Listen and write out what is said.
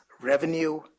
Revenue